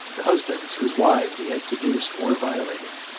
the husbands whose wives he had seduced or violated.